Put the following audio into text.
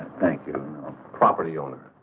thank you property on.